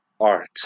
art